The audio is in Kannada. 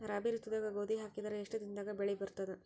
ರಾಬಿ ಋತುದಾಗ ಗೋಧಿ ಹಾಕಿದರ ಎಷ್ಟ ದಿನದಾಗ ಬೆಳಿ ಬರತದ?